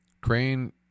Crane